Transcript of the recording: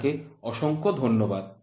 আপনাকে অসংখ্য ধন্যবাদ